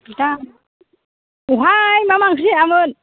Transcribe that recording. औहाय मा मा ओंख्रि जायामोन